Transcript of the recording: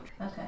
Okay